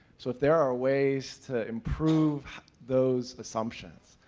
so if there are ways to improve those assumptions,